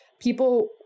People